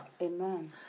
Amen